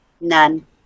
none